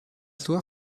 sua